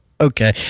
Okay